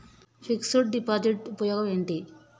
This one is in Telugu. ఫిక్స్ డ్ డిపాజిట్ ఉపయోగం ఏంటి?